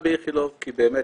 באיכילוב,